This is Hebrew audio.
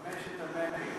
חמשת המ"מים.